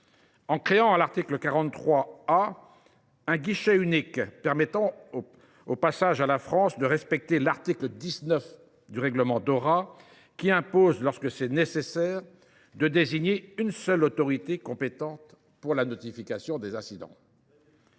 en créant un guichet unique, permettant au passage à la France de respecter l’article 19 du règlement Dora, qui impose, lorsque c’est nécessaire, de désigner une seule autorité compétente pour la notification des incidents.